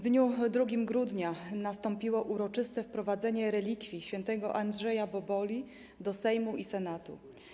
2 grudnia nastąpiło uroczyste wprowadzenie relikwii św. Andrzeja Boboli do Sejmu i Senatu.